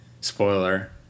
spoiler